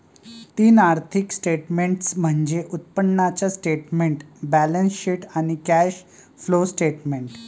तीन आर्थिक स्टेटमेंट्स म्हणजे उत्पन्नाचे स्टेटमेंट, बॅलन्सशीट आणि कॅश फ्लो स्टेटमेंट